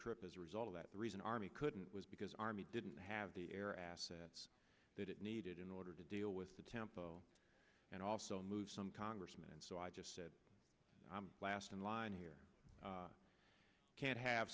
trip as a result of that the reason army couldn't was because army didn't have the air assets that it needed in order to deal with the tempo also moved some congressmen and so i just said i'm last in line here can't have